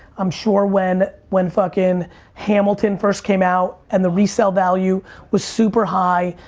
i'm sure when when fucking hamilton first came out and the resell value was super high,